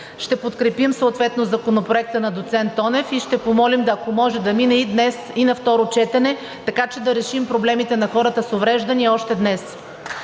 ще подкрепим съответно законопроекта на доцент Тонев и ще помолим, ако може, да мине днес и на второ четене, така че да решим проблемите на хората с увреждания още днес.